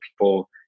people